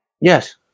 Yes